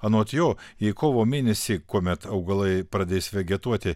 anot jo jei kovo mėnesį kuomet augalai pradės vegetuoti